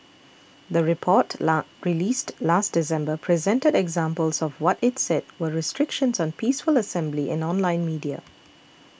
the report la released last December presented examples of what it said were restrictions on peaceful assembly and online media